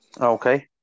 Okay